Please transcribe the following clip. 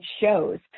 shows